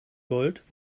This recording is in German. gold